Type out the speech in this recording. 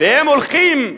והם הולכים,